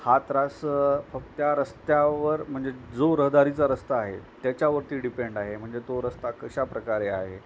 हा त्रास फक्त रस्त्यावर म्हणजे जो रहदारीचा रस्ता आहे त्याच्यावरती डिपेंड आहे म्हणजे तो रस्ता कशा प्र्रकारे आहे